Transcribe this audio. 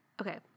Okay